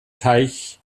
teich